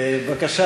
מרגי,